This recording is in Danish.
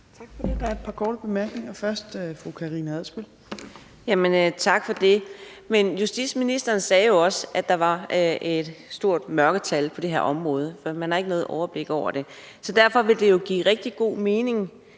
Tak for det. Der er et par korte bemærkninger. Først er det fru Karina Adsbøl. Kl. 12:12 Karina Adsbøl (DF): Tak for det. Justitsministeren sagde jo også, at der er et stort mørketal på det her område – man har ikke noget overblik over det. Så derfor vil det jo give rigtig god mening